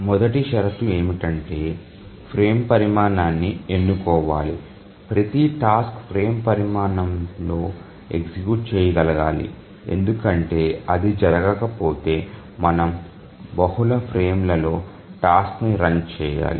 మొదటి షరతు ఏమిటంటే ఫ్రేమ్ పరిమాణాన్ని ఎన్నుకోవాలి ప్రతి టాస్క్ ఫ్రేమ్ పరిమాణంలో ఎగ్జిక్యూట్ చేయగలగాలి ఎందుకంటే అది జరగకపోతే మనం బహుళ ఫ్రేమ్లలో టాస్క్ ని రన్ చేయాలి